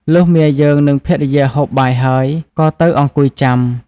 លុះមាយើង និងភរិយាហូបបាយហើយ ក៏ទៅអង្គុយចាំ។